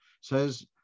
says